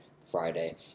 friday